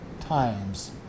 times